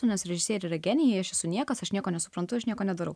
nes režisieriai yra genijai aš esu niekas aš nieko nesuprantu aš nieko nedarau